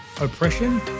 oppression